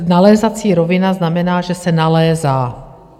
Nalézací rovina znamená, že se nalézá.